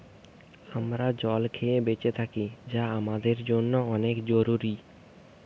আমরা জল খেয়ে বেঁচে থাকি যা আমাদের জন্যে অনেক জরুরি